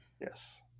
Yes